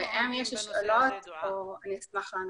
ואם יש שאלות אני אשמח לענות.